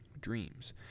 Dreams